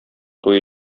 туе